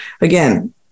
again